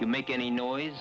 you make any noise